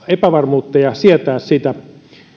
epävarmuutta ja sietää sitä